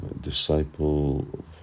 disciple